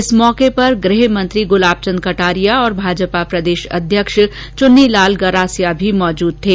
इस मौके पर गृह मंत्री गुलाबचन्द कटारिया और भाजपा प्रदेश अध्यक्ष चुन्नीलाल गरासिया भी मौजूद थे